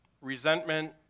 Resentment